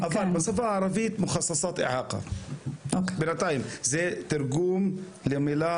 אבל בשפה הערבית מוחססאת דעאקה בינתיים זה התרגום למילה קצבת נכות.